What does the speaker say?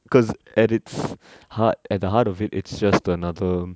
because at it's heart at the heart of it it's just another